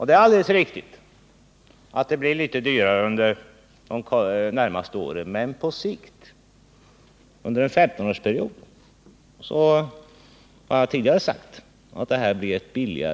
Det är alldeles riktigt att det blir litet dyrare under de närmaste åren, men på sikt, under en 15-årsperiod, blir detta ett billigare alternativ för de svenska skattebetalarna.